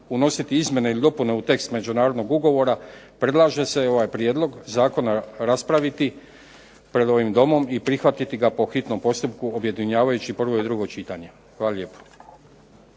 unositi izmjene ili dopune u tekst međunarodnog ugovora, predlaže se ovaj prijedlog zakona raspraviti pred ovim domom i prihvatiti ga po hitnom postupku objedinjavajući prvo i drugo čitanje. Hvala lijepo.